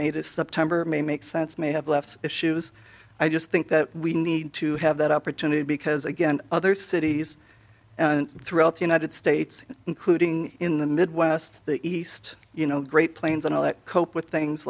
made a september may make sense may have left issues i just think that we need to have that opportunity because again other cities throughout the united states including in the midwest the east you know great plains and all that cope with things